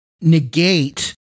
negate